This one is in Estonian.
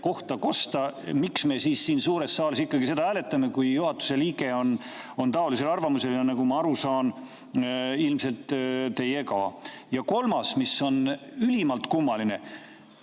kohta kosta, miks me siis siin suures saalis ikkagi seda hääletame, kui juhatuse liige on taolisel arvamusel, ja nagu ma aru saan, ilmselt ka teie? Ja kolmandaks – see on ülimalt kummaline